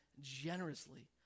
generously